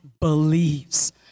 believes